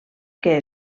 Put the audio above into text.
que